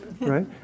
right